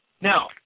Now